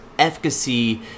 Efficacy